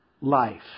life